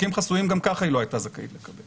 תיקים חסויים גם כך היא לא הייתה זכאית לקבל